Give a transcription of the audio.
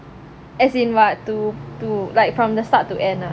as in what to to like from the start to end ah